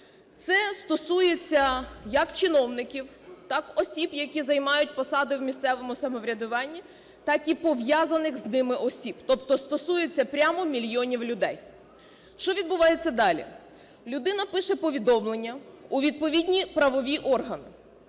Це стосується як чиновників, так осіб, які займають посади в місцевому самоврядуванні, так і пов'язаних з ними осіб, тобто стосується прямо мільйонів людей. Що відбувається далі. Людина пише повідомлення у відповідні правові органи.